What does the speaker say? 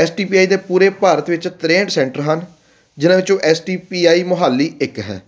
S T P I ਦੇ ਪੂਰੇ ਭਾਰਤ ਵਿੱਚ ਤ੍ਰੇਂਹਠ ਸੈਂਟਰ ਹਨ ਜਿਨ੍ਹਾਂ ਵਿੱਚੋਂ S T P I Mohali ਇੱਕ ਹੈ